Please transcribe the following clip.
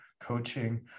coaching